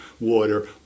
water